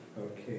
okay